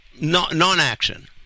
non-action